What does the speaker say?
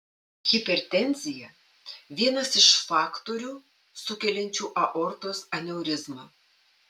hipertenzija vienas iš faktorių sukeliančių aortos aneurizmą